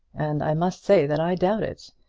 and i must say that i doubt it.